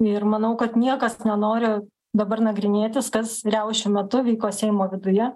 ir manau kad niekas nenori dabar nagrinėtis kas riaušių metu vyko seimo viduje